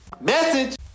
Message